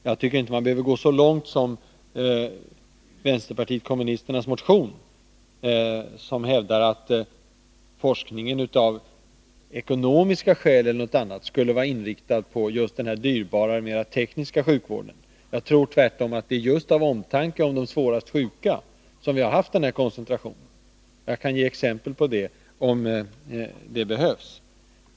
Jag tycker inte man behöver gå så långt som i vänsterpartiet kommunisternas motion, där det hävdas att forskningen av ekonomiska eller andra skäl skulle vara inriktad just på den dyrbarare och mera tekniskt betonade sjukvården. Jag tror tvärtom att det är just av omtanke om de svårast sjuka som vi har haft den här koncentrationen. Jag kan ge exempel på det om det behövs.